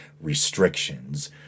restrictions